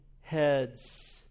heads